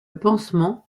pansement